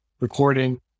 recording